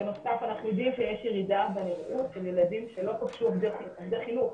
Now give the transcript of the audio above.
בנוסף אנחנו יודעים שיש ירידה בנראות של ילדים שלא פגשו עובדי חינוך,